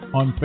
on